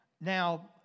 Now